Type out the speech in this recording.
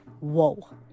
Whoa